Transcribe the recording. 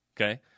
okay